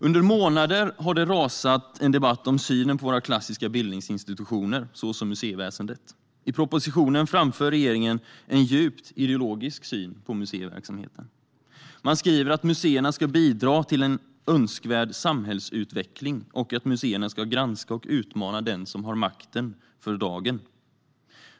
Under månader har det rasat en debatt om synen på våra klassiska bildningsinstitutioner, såsom museiväsendet. I propositionen framför regeringen en djupt ideologisk syn på museiverksamhet. Man skriver att museerna ska bidra till en önskvärd samhällsutveckling och att museerna ska granska och utmana den som har makten för dagen.